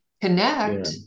connect